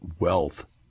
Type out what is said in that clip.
wealth